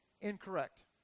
incorrect